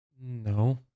No